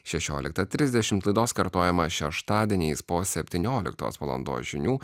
šešioliktą trisdešimt laidos kartojimą šeštadieniais po septynioliktos valandos žinių